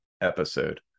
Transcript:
episode